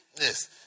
Yes